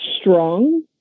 strong